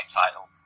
title